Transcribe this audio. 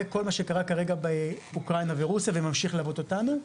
וכל מה שקרה כרגע באוקראינה ורוסיה וממשיך ללוות אותנו.